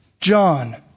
John